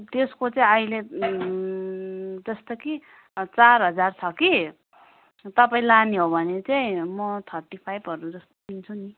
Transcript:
त्यसको चाहिँ अहिले जस्तो कि चार हजार छ कि तपाईँ लाने हो भने चाहिँ म थर्टी फाइभहरू जस्तोमा दिन्छु नि